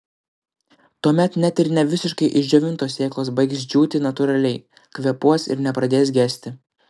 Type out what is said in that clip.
tuomet net ir ne visiškai išdžiovintos sėklos baigs džiūti natūraliai kvėpuos ir nepradės gesti